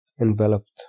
enveloped